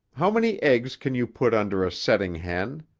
how many eggs can you put under a setting hen?